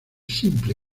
simple